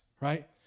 right